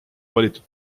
valitud